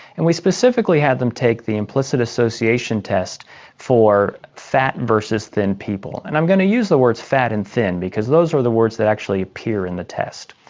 and we specifically had them take the implicit association test for fat versus thin people, and i'm going to use the words fat and thin because those are the words that actually appear in the test.